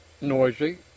noisy